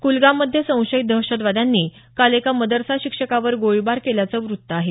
कुलगाममधे संशयित दहशतवाद्यांनी काल एका मदरसा शिक्षकावर गोळीबार केल्याचं वृत्त आहे